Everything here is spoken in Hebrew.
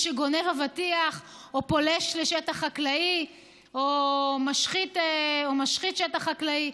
שגונב אבטיח או פולש לשטח חקלאי או משחית שטח חקלאי,